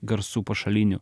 garsų pašalinių